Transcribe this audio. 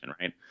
right